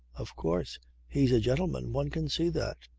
of course he's a gentleman. one can see that.